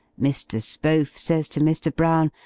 mr. spohf says to mr. brown,